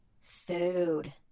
Food